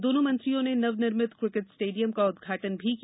दोनों मंत्रियों ने नवनिर्मित क्रिकेट स्टेडियम का उद्घाटन भी किया